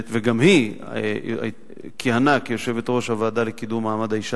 גם היא כיהנה כיושבת-ראש הוועדה לקידום מעמד האשה,